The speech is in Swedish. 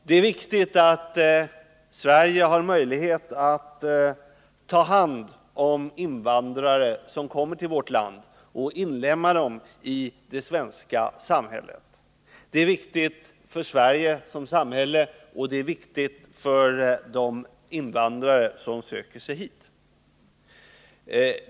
Det är viktigt att vi i Sverige har möjlighet att ta hand om invandrarna och att de kan inlemmas i det svenska samhället. Det är viktigt för vårt samhälle och det är viktigt för de invandrare som söker sig hit.